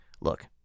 Look